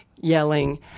yelling